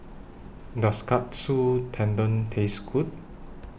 Does Katsu Tendon Taste Good